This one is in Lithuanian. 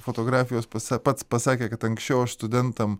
fotografijos pasa pats pasakė kad anksčiau aš studentam